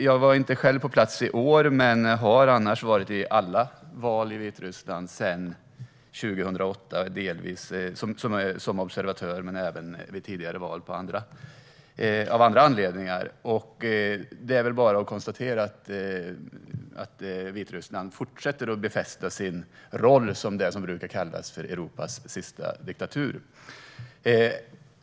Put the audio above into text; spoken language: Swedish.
Jag var själv inte på plats i år men har annars varit det vid alla val i Vitryssland sedan 2008, delvis som observatör men vid tidigare val även av andra anledningar. Det är väl bara att konstatera att Vitryssland fortsätter att befästa sin roll som det som brukar kallas Europas sista diktatur.